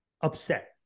upset